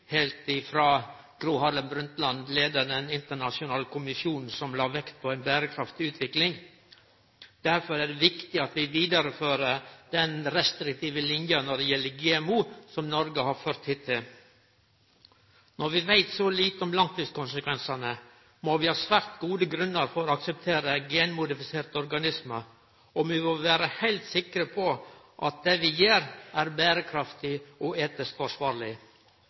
heilt frå Gro Harlem Brundtland leidde den internasjonale kommisjonen som la vekt på ei berekraftig utvikling. Derfor er det viktig at vi vidarefører den restriktive linja når det gjeld GMO, som Noreg har ført hittil. Når vi veit så lite om langtidskonsekvensane, må vi ha svært gode grunnar for å akseptere genmodifiserte organismar, og vi må vere heilt sikre på at det vi gjer, er berekraftig og